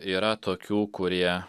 yra tokių kurie